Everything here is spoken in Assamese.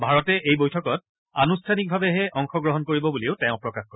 ভাৰতে এই বৈঠকত অনানুষ্ঠানিকভাৱেহে অংশগ্ৰহণ কৰিব বুলিও তেওঁ প্ৰকাশ কৰে